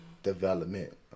development